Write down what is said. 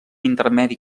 intermedi